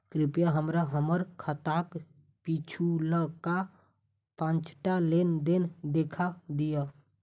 कृपया हमरा हम्मर खाताक पिछुलका पाँचटा लेन देन देखा दियऽ